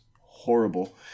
horrible